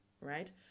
right